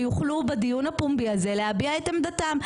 ויוכלו בדיון הפומבי הזה להביע את עמדתם.